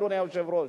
אדוני היושב-ראש.